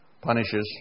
punishes